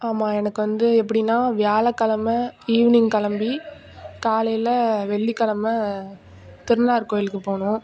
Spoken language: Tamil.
ஆமாம் எனக்கு வந்து எப்படின்னா வியாழக்கிழம ஈவினிங் கிளம்பி காலையில் வெள்ளிக்கிழம திருநள்ளாறு கோயிலுக்கு போகணும்